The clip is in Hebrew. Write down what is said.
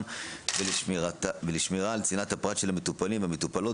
ולשמירה על צנעת הפרט של מטופלים ומטופלות,